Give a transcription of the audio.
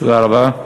תודה רבה.